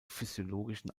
physiologischen